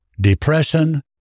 Depression